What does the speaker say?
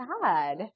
god